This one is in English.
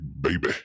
baby